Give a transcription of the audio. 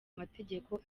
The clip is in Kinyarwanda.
mategeko